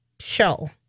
show